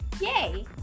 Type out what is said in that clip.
Yay